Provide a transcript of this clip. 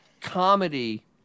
comedy